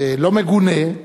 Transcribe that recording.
לא יגונה,